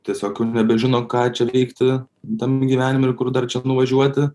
tiesiog nebežino ką čia veikti tam gyvenime ir kur dar čia nuvažiuoti